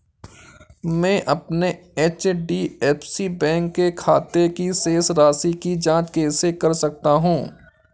मैं अपने HDFC bank के खाते की शेष राशि की जाँच कैसे कर सकता हूँ?